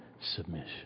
submission